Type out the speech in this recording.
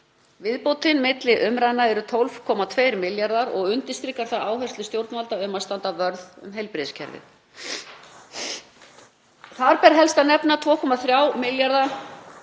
Viðbótin milli umræðna eru 12,2 milljarðar og undirstrikar það áherslu stjórnvalda á að standa vörð um heilbrigðiskerfið. Þar ber helst að nefna 2,3 milljarða